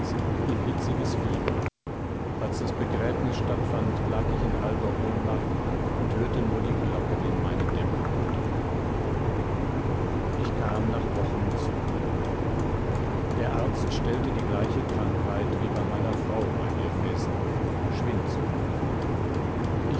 in hitziges fieber als das begräbnis stattfand lag ich in halber ohnmacht und hörte nur die glocken in meine dämmerung dröhnen ich kam nach wochen zu mir der arzt stellte die gleiche krankheit wie bei meiner frau bei mir fest schwindsucht